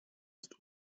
ist